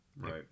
Right